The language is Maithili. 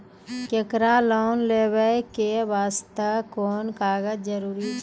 केकरो लोन लै के बास्ते कुन कागज जरूरी छै?